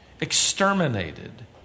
exterminated